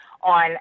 on